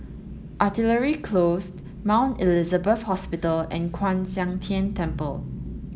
Artillery Closed Mount Elizabeth Hospital and Kwan Siang Tng Temple